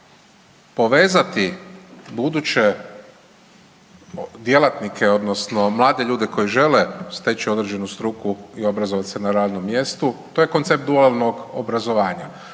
Povezati buduće djelatnike odnosno mlade ljude koji žele steći određenu struku i obrazovat se na radnom mjestu to je koncept dualnog obrazovanja